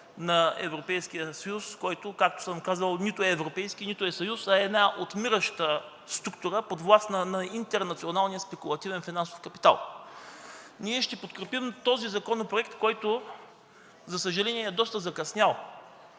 на Европейския съюз, който, както съм казвал, нито е европейски, нито е съюз, а е една отмираща структура, подвластна на интернационалния спекулативен финансов капитал. Ние ще подкрепим този законопроект, който, за съжаление, е доста закъснял.